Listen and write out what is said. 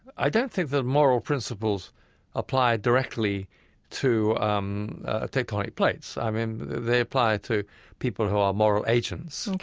i don't think that moral principles apply directly to um ah tectonic plates. i mean, they apply to people who are moral agents.